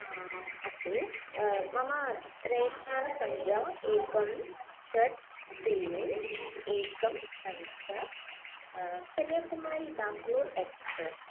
अस्तु मम रैल् यानसङ्ख्या एकं षट् त्रीणि एकं पञ्च कन्याकुमारी बेङ्गलूर् एक्स्प्रेस्